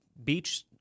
beach